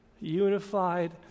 unified